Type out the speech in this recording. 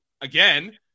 Again